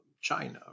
China